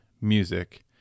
music